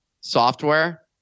software